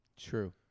True